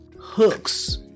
Hooks